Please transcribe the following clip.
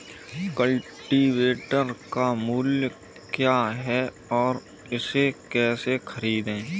Cultivator का मूल्य क्या है और इसे कैसे खरीदें?